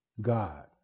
God